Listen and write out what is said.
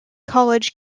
college